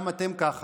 גם אתם ככה,